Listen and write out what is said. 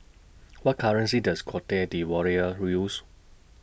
What currency Does Cote D'Ivoire use